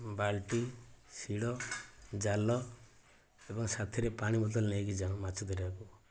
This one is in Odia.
ବାଲ୍ଟି ଶିଡ଼ ଜାଲ ଏବଂ ସାଥିରେ ପାଣି ବୋତଲ ନେଇକି ଯାଉ ମାଛ ଧରିବାକୁ